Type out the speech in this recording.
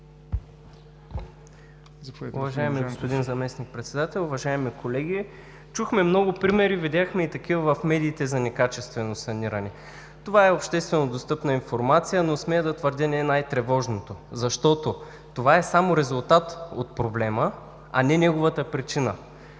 Уважаеми господин Председател, уважаеми колеги! Чухме много примери, видяхме и такива в медиите – за некачествено саниране. Това е обществено достъпна информация, но смея да твърдя – не най-тревожната, защото това е само резултат от проблема, а не неговата причина,